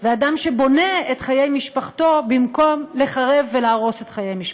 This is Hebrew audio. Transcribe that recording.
ואדם שבונה את חיי משפחתו במקום לחרב ולהרוס את חיי משפחתו.